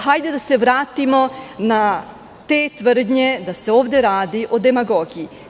Hajde da se vratimo na te tvrdnje da se ovi radi o demagogiji.